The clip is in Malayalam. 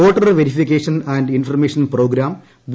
voter verification and information programme V